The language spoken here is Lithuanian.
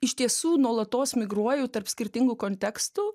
iš tiesų nuolatos migruoju tarp skirtingų kontekstų